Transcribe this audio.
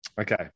Okay